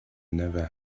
never